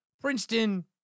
Princeton